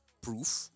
proof